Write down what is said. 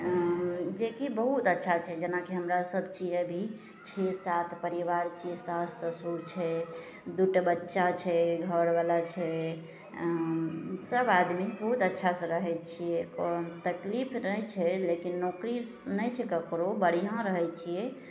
अँ जेकि बहुत अच्छा छै जेनाकि हमरासभ छिए अभी छओ सात परिवार छिए सास ससुर छै दुइ टा बच्चा छै घरवला छै अँ सभ आदमी बहुत अच्छासे रहै छिए आओर तकलीफ रहै छै लेकिन नोकरी नहि छै ककरो बढ़िआँ रहै छिए